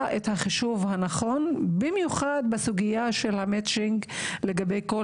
את החישוב הנכון במיוחד בסוגיה של המצ'ינג לגבי כל